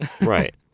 Right